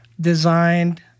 designed